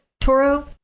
Toro